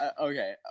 Okay